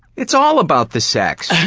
it's all about the sex.